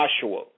Joshua